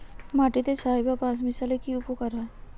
মাটিতে ছাই বা পাঁশ মিশালে কি উপকার হয়?